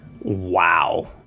wow